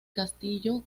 castillo